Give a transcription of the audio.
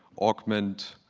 augment